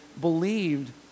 believed